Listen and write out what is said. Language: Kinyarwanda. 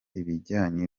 ibijyanye